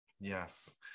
Yes